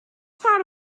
part